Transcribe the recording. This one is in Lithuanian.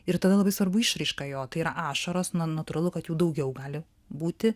ir tada labai svarbu išraiška jo tai yra ašaros na natūralu kad jau daugiau gali būti